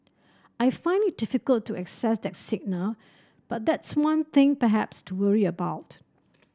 I find it difficult to assess that signal but that's one thing perhaps to worry about